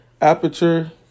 aperture